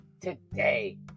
today